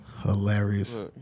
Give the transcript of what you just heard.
Hilarious